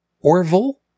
Orville